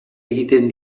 egiten